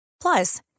Plus